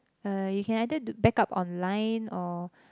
uh you can either do back up online or